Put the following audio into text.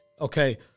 okay